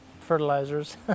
fertilizers